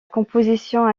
composition